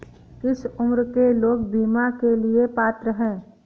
किस उम्र के लोग बीमा के लिए पात्र हैं?